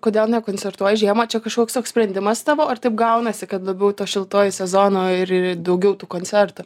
kodėl nekoncertuoji žiemą čia kažkoks toks sprendimas tavo ar taip gaunasi kad labiau tuo šiltuoju sezonu ir ir daugiau tų koncertų